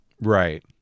right